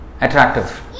attractive